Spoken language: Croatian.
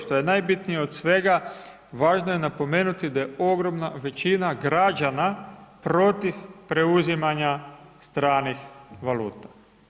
Što je najbitnije od svega važno je napomenuti, da je ogromna većina građana protiv preuzimanja stranih valuta.